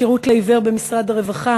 השירות לעיוור במשרד הרווחה,